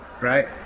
right